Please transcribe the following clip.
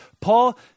Paul